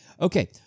Okay